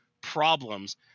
problems